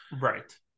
right